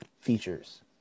features